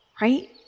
right